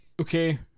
okay